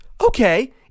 Okay